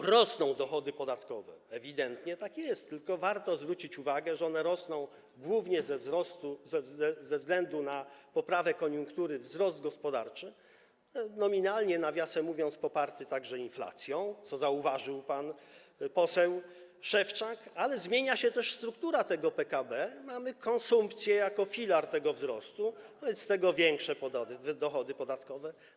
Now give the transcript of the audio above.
Rosną dochody podatkowe, ewidentnie tak jest, tylko warto zwrócić uwagę na to, że one rosną głównie ze względu na poprawę koniunktury, wzrost gospodarczy, nominalnie, nawiasem mówiąc, poparty także inflacją, co zauważył pan poseł Szewczak, ale zmienia się też struktura PKB, mamy konsumpcję jako filar tego wzrostu, wobec tego większe dochody podatkowe.